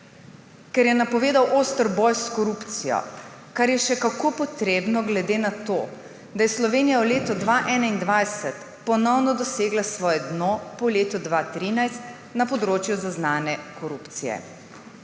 Ker je napovedal oster boj s korupcijo, kar je še kako potrebno glede na to, da je Slovenija v letu 2021 ponovno dosegla svoje dno po letu 2013 na področju zaznane korupcije.